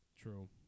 True